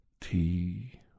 tea